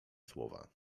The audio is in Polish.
słowa